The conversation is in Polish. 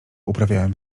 uprawiałem